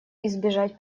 избежать